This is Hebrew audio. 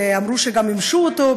ואמרו שגם מימשו אותו,